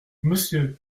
monsieur